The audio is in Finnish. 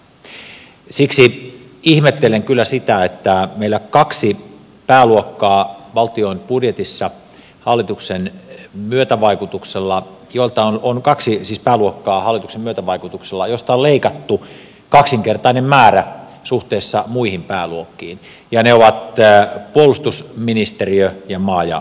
siksi ihmettelen kyllä sitä että meillä kahdesta pääluokasta valtion budjetissa hallituksen myötävaikutuksella on kaksi sitä luokkaa hallituksen myötävaikutuksella jos talli leikattu kaksinkertainen määrä suhteessa muihin pääluokkiin ja ne ovat puolustusministeriö ja maa ja metsätalousministeriö